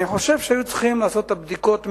אני חושב שהיו צריכים לעשות את הבדיקות מראש,